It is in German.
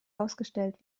ausgestellt